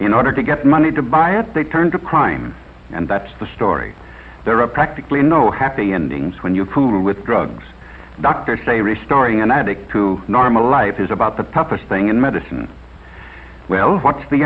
in order to get money to buy it they turn to crime and that's the story there are practically no happy endings when you're poor with drugs doctors say restoring an addict to normal life is about the puppet thing in medicine well what the